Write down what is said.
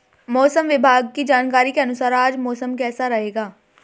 मौसम विभाग की जानकारी के अनुसार आज मौसम कैसा रहेगा?